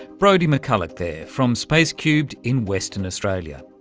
brodie mcculloch there from spacecubed in western australia.